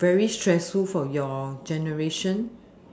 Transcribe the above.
very stressful for your generation